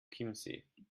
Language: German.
chiemsee